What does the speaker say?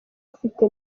ufite